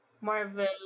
Marvel